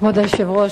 כבוד היושב-ראש,